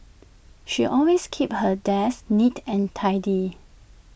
she always keeps her desk neat and tidy